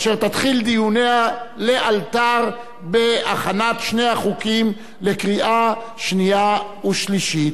אשר תתחיל לאלתר את דיוניה בהכנת שני החוקים לקריאה שנייה ושלישית.